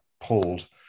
pulled